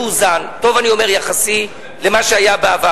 מאוזן, טוב, אני אומר, יחסי למה שהיה בעבר.